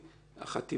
החטיבה,